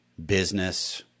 business